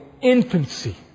infancy